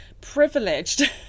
privileged